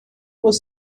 was